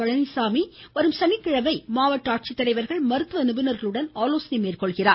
பழனிச்சாமி வரும் சனிக்கிழமை மாவட்ட ஆட்சித்தலைவர்கள் மருத்துவ நிபுணர்களுடன் ஆலோசனை மேற்கொள்கிறார்